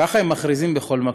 ככה הם מכריזים בכל מקום,